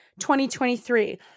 2023